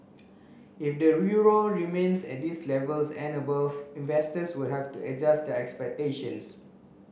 if the euro remains at these levels and above investors will have to adjust their expectations